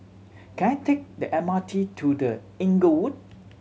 can I take the M R T to The Inglewood